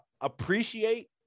appreciate